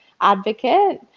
advocate